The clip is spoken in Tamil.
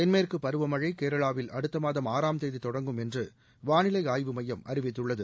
தென்மேற்கு பருவமழை கேரளாவில் அடுத்த மாதம் ஆறாம் தேதி தொடங்கும் என்று வானிலை ஆய்வு மையம் அறிவித்துள்ளது